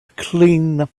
clean